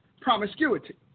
promiscuity